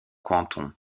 canton